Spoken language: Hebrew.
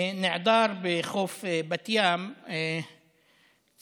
נעדר בחוף בת ים צעיר,